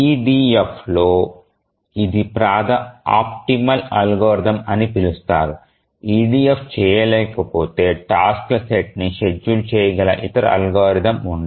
EDF లో ఇది optimal algorithm అని పిలుస్తారు EDF చేయలేకపోతే టాస్క్ ల సెట్ ని షెడ్యూల్ చేయగల ఇతర అల్గోరిథం ఉండదు